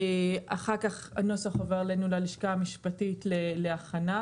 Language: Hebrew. אחר כך הנוסח עובר אלינו ללשכה המשפטית להכנה.